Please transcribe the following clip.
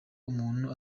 umuntu